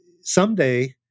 someday